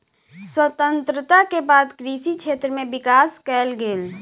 स्वतंत्रता के बाद कृषि क्षेत्र में विकास कएल गेल